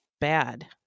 bad